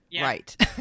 right